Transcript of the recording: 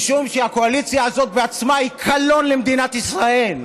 משום שהקואליציה הזאת בעצמה היא קלון למדינת ישראל.